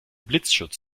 blitzschutz